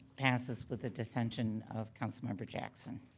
passes with a dissension of councilmember jackson.